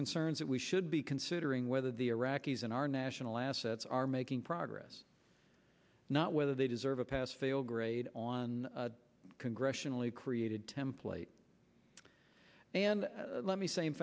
concerns that we should be considering whether the iraqis in our national assets are making progress not whether they deserve a pass fail grade on congressionally created template and let me say